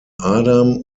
adam